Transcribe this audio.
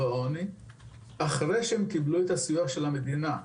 העוני אחרי שהם קיבלו את הסיוע של המדינה.